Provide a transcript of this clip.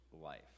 life